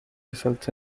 results